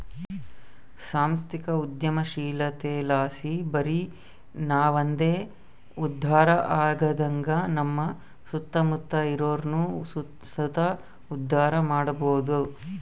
ಸಾಂಸ್ಥಿಕ ಉದ್ಯಮಶೀಲತೆಲಾಸಿ ಬರಿ ನಾವಂದೆ ಉದ್ಧಾರ ಆಗದಂಗ ನಮ್ಮ ಸುತ್ತಮುತ್ತ ಇರೋರ್ನು ಸುತ ಉದ್ಧಾರ ಮಾಡಬೋದು